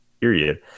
period